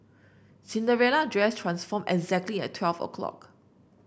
Cinderella dress transformed exactly at twelve O clock